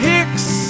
Hicks